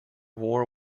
war